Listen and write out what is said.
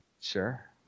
Sure